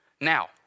Now